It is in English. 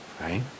Right